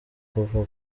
kuvugwa